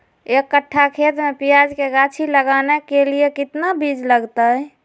एक कट्ठा खेत में प्याज के गाछी लगाना के लिए कितना बिज लगतय?